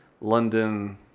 London